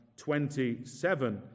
27